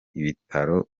ibitaro